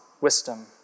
wisdom